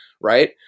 right